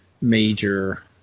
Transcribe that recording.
major